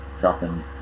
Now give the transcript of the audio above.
shopping